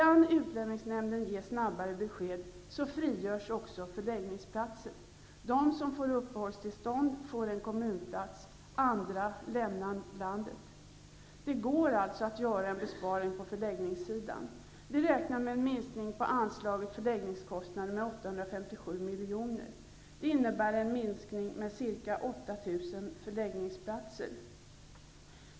Om utlänningsnämnden kan ge snabbare besked, frigörs också förläggningsplatser. De som får uppehållstillstånd får en kommunplats. Andra lämnar landet. Det går alltså att göra en besparing på förläggningssidan. Vi räknar med en minskning på anslaget förläggningskostnader med 857 miljoner.